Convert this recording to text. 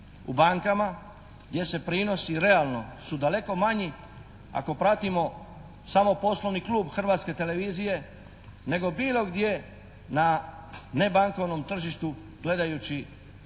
u bankama gdje se prinosi realno su daleko manji ako pratimo samo "Poslovni klub" Hrvatske televizije nego bilo gdje na nebankovnom tržištu gledajući vrijednosti